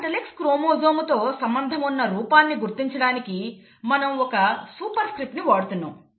X chromosome తో సంబంధమున్న రూపాన్ని గుర్తించడానికి మనం ఒక సూపర్ స్క్రిప్ట్ ని వాడుతున్నాం